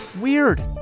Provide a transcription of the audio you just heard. Weird